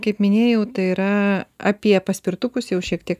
kaip minėjau tai yra apie paspirtukus jau šiek tiek